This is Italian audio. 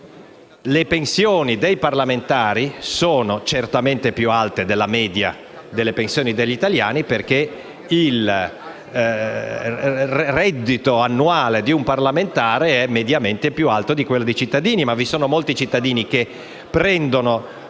Le pensioni dei parlamentari sono certamente più alte della media delle pensioni degli italiani, perché il reddito annuale di un parlamentare è mediamente più alto di quello dei cittadini; vi sono però molti cittadini che percepiscono